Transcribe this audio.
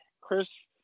Chris